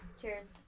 Cheers